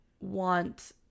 want